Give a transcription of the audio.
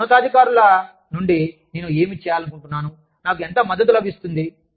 నా ఉన్నతాధికారుల నుండి నేను ఏమి చేయాలనుకుంటున్నాను నాకు ఎంత మద్దతు లభిస్తుంది